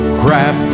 crap